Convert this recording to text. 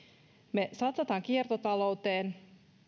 me satsaamme kiertotalouteen